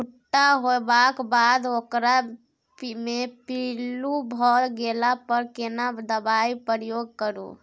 भूट्टा होबाक बाद ओकरा मे पील्लू भ गेला पर केना दबाई प्रयोग करू?